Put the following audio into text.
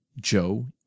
joe